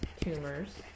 tumors